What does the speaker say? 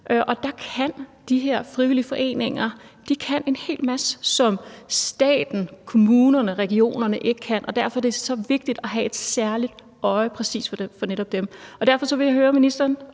her frivillige foreninger en hel masse, som staten, kommunerne og regionerne ikke kan, og derfor er det så vigtigt at have et særligt øje for netop